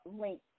Link